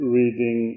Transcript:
reading